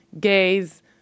gays